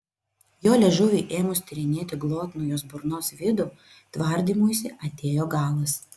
jo liežuviui ėmus tyrinėti glotnų jos burnos vidų tvardymuisi atėjo galas